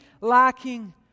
lacking